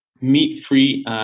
meat-free